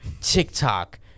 TikTok